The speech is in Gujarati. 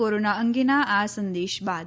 કોરોના અંગેના આ સંદેશ બાદ